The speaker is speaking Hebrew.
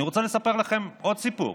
אני רוצה לספר לכם עוד סיפור: